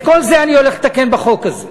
את כל זה אני הולך לתקן בחוק הזה,